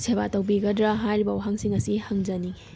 ꯁꯦꯕꯥ ꯇꯧꯕꯤꯒꯗ꯭ꯔꯥ ꯍꯥꯏꯔꯤꯕ ꯋꯥꯍꯪꯁꯤꯡ ꯑꯁꯤ ꯍꯪꯖꯅꯤꯡꯉꯤ